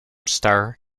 star